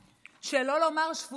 שלא לומר שפוטים,